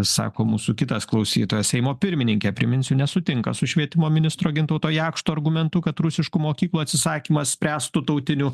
sako mūsų kitas klausytojas seimo pirmininkė priminsiu nesutinka su švietimo ministro gintauto jakšto argumentu kad rusiškų mokyklų atsisakymas spręstų tautinių